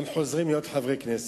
הם חוזרים להיות חברי כנסת.